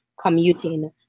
commuting